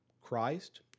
Christ